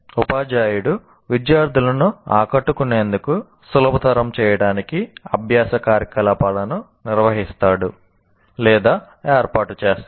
ఉపాధ్యాయుడు విద్యార్థులను ఆకట్టుకునేందుకు సులభతరం చేయడానికి అభ్యాస కార్యకలాపాలను నిర్వహిస్తాడు లేదా ఏర్పాటు చేస్తాడు